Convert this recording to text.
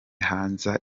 haza